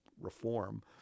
reform